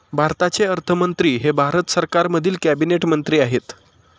भारताचे अर्थमंत्री हे भारत सरकारमधील कॅबिनेट मंत्री आहेत